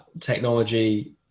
technology